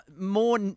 more